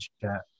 chat